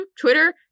Twitter